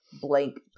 blank